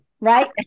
right